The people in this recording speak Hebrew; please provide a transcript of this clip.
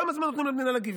כמה זמן נותנים למדינה להגיב.